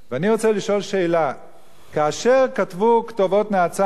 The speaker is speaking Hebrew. כאשר כתבו כתובות נאצה "מוות לחרדים" באשדוד,